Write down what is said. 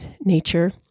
nature